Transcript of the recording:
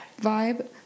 vibe